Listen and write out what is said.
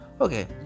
Okay